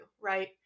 right